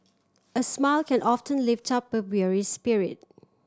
a smile can often lift up a weary spirit